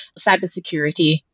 cybersecurity